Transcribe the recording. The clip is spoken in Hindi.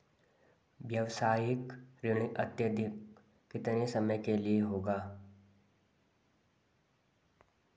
व्यावसायिक ऋण अधिकतम कितने समय के लिए होगा?